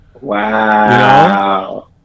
Wow